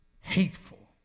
hateful